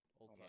Okay